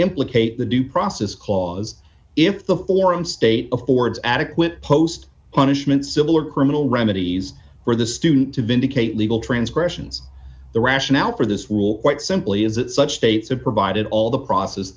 implicate the due process clause if the foreign state affords adequate post punishments civil or criminal remedies for the student to vindicate legal transgressions the rationale for this rule quite simply is that such states have provided all the process